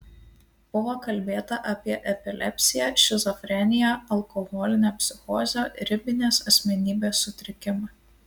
buvo kalbėta apie epilepsiją šizofreniją alkoholinę psichozę ribinės asmenybės sutrikimą